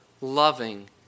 loving